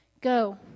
Go